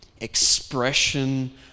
expression